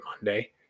Monday